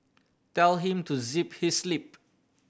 tell him to zip his lip